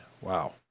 Wow